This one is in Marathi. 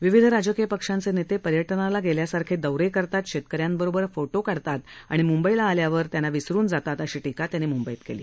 विविध राजकीय पक्षांचे नेते पर्यटनाला गेल्यासारखे दौरे करतात शेतक यांबरोबर फोटो काढतात आणि मंबईला आल्यावर त्यांना विसरुन जातात अशी टीका त्यांनी मुंबईत केली